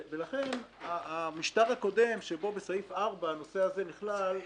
ולכן המשטר הקודם שבו בסעיף 4 הנושא הזה נכלל,